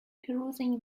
perusing